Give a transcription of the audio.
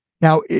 Now